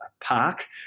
park